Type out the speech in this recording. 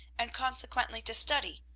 and, consequently, to study,